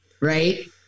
Right